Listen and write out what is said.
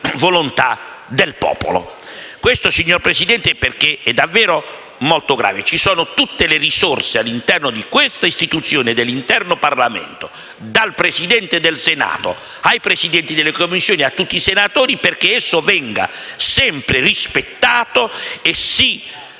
volontà del popolo. Signor Presidente, il punto è davvero molto grave. Ci sono tutte le risorse all'interno di questa istituzione, dell'intero Parlamento, dal Presidente del Senato ai Presidenti delle Commissioni, a tutti i senatori, perché esso venga sempre rispettato e si